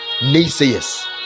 naysayers